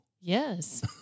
Yes